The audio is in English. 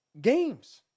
games